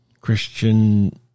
Christian